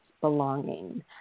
belonging